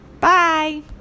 Bye